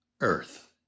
Earth